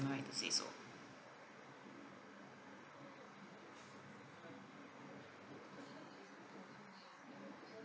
am I right to say so